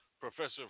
Professor